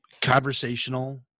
conversational